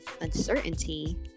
uncertainty